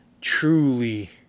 truly